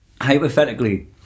Hypothetically